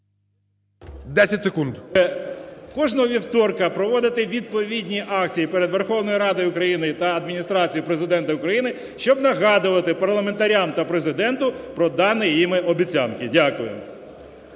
кожного вівторка проводити відповідні акції перед Верховною Радою України та Адміністрацією Президента України, щоб нагадувати парламентарям та Президенту про дані ними обіцянки. Дякую.